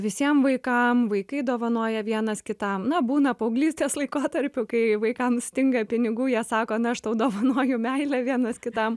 visiem vaikam vaikai dovanoja vienas kitam na būna paauglystės laikotarpiu kai vaikam stinga pinigų jie sako na aš tau dovanoju meilę vienas kitam